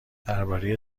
درباره